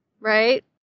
right